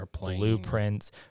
blueprints